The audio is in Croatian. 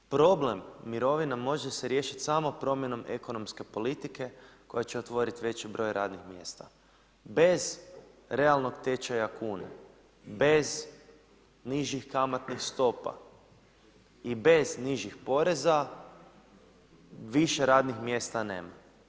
Problem mirovina može se riješiti samo promjenom ekonomske politike koja će otvoriti veći broj radnih mjesta bez realnog tečaja kune, bez nižih kamatnih stopa i bez nižih poreza više radnih mjesta nema.